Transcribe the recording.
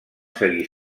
seguir